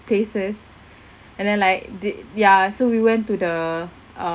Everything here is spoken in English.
places and then like th~ ya so we went to the uh